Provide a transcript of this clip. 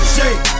Shake